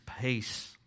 peace